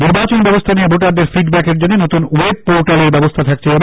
নির্বাচন ব্যবস্হা নিয়ে ভোটারদের ফিডব্যাকের জন্য নতুন ওয়েব পোর্টালের ব্যবস্থা থাকছে এবার